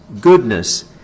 goodness